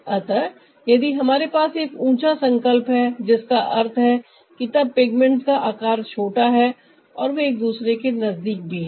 अतः यदि हमारे पास एक ऊंचा संकल्प है जिसका अर्थ है कि तब पिगमेंट्स का आकार छोटा है और वे एक दूसरे के नजदीक भी है